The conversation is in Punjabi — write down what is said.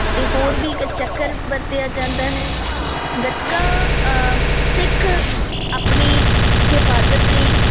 ਅਤੇ ਹੋਰ ਵੀ ਇੱਕ ਚੱਕਰ ਵਰਤਿਆ ਜਾਂਦਾ ਹੈ ਗੱਤਕਾ ਸਿੱਖ ਆਪਣੀ ਹਿਫਾਜ਼ਤ ਲਈ